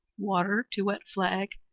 water to wet flag,